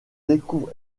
découvre